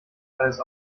alles